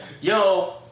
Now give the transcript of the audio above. Yo